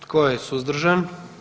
Tko je suzdržan?